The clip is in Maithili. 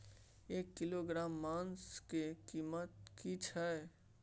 एक किलोग्राम मांस के कीमत की छै?